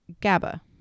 GABA